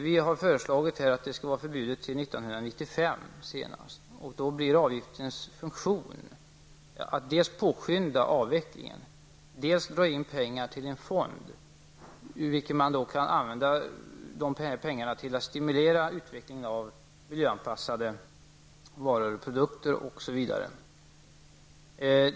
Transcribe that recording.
Vi har föreslagit att de skall vara förbjudna till år 1995 senast, och då blir avgiftens funktion dels att påskynda avvecklingen, dels att dra in pengar till en fond, vilka pengar då kan användas för att stimulera utvecklingen av miljöanpassade varor och produkter.